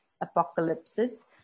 apocalypses